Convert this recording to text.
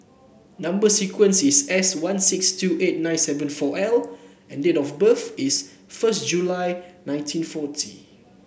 number sequence is S one six two eight nine seven four L and date of birth is first July nineteen forty